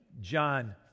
John